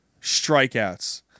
strikeouts